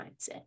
mindset